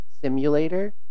Simulator